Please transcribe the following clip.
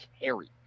carry